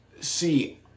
see